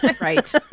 Right